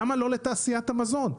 למה לא לתעשיית המזון?